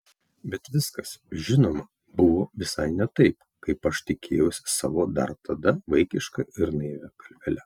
bet viskas žinoma buvo visai ne taip kaip aš tikėjausi savo dar tada vaikiška ir naivia galvele